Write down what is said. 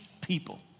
people